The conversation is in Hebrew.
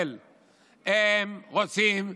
הם לא רוצים להתפלל,